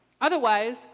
Otherwise